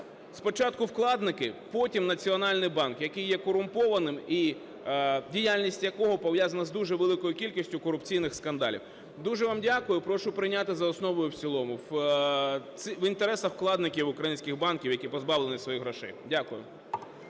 Спочатку вкладники, потім Національний банк, який є корумпованим і діяльність якого пов'язана з дуже великою кількістю корупційних скандалів. Дуже вам дякую. Прошу прийняти за основу і в цілому. В інтересах вкладників українських банків, які позбавлені своїх грошей. Дякую.